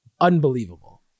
unbelievable